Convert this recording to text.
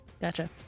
Gotcha